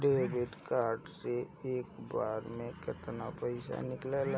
Debit card से एक बार मे केतना पैसा निकले ला?